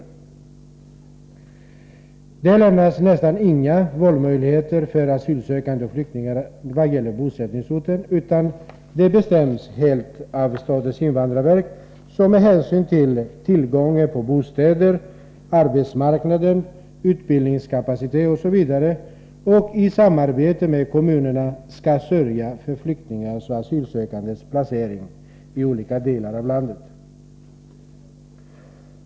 Asylsökande och flyktingar ges nästan inga valmöjligheter vad gäller bostadsorten, utan den frågan bestäms helt av statens invandrarverk, som med hänsyn till tillgången på bostäder, arbetsmarknaden, utbildningskapaciteten osv. och i samarbete med kommunerna skall sörja för flyktingars och asylsökandes placering i olika delar av landet.